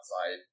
outside